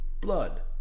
Blood